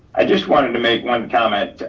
i just wanted to make one comment.